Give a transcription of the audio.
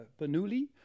Bernoulli